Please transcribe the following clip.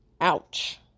Ouch